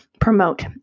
promote